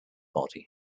body